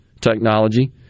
technology